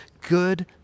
good